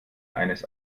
eines